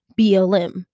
BLM